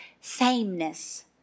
sameness